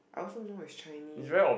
I also know it's Chinese